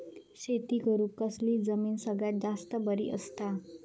शेती करुक कसली जमीन सगळ्यात जास्त बरी असता?